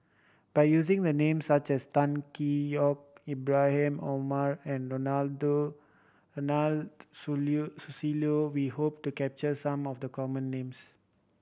by using the names such as Tan Hwee Yock Ibrahim Omar and Ronald Susilo we hope to capture some of the common names